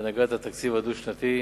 בהנהגת התקציב הדו-שנתי.